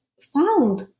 found